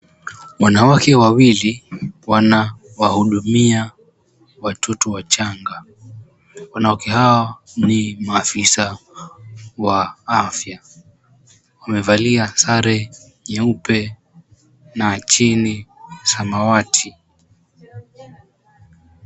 Wanawake wawili wanawahudumia watoto wachanga. Wanawake hawa ni maafisa wa afya, wamevalia sare nyeupe na chini samawati.